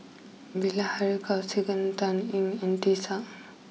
Bilahari Kausikan Dan Ying and Tisa Ng